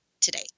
today